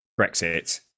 Brexit